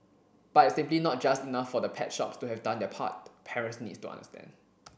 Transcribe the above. but it's simply not just enough for the pet shops to have done their part parents need to understand